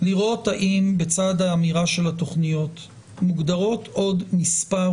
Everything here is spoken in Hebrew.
לראות האם בצד האמירה של התכניות מוגדרות עוד מספר